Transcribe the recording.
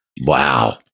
Wow